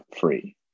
free